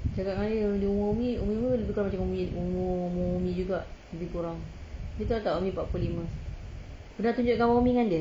cakap dengan dia umur umi lebih kurang macam umi umur umur umi juga lebih kurang dia tahu tak umi empat puluh lima pernah tunjuk gambar umi dengan dia